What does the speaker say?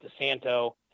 DeSanto